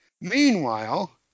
Meanwhile